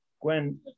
Gwen